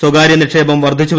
സ്വകാര്യ നിക്ഷേപം വർദ്ധിച്ചു